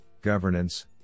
governance